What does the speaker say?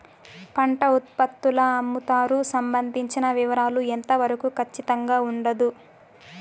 పంట ఉత్పత్తుల అమ్ముతారు సంబంధించిన వివరాలు ఎంత వరకు ఖచ్చితంగా ఉండదు?